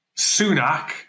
Sunak –